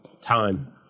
time